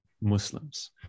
muslims